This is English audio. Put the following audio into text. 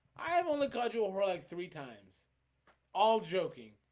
i have only got you over like three times all joking